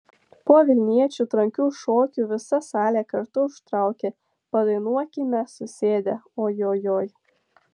po vilniečių trankių šokių visa salė kartu užtraukė padainuokime susėdę o jo joj